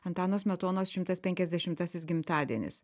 antano smetonos šimtas penkiasdešimtasis gimtadienis